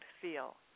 feel